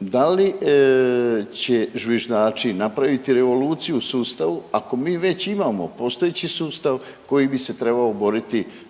da li će zviždači napraviti revoluciju u sustavu ako mi već imamo postojeći sustav koji bi se trebao boriti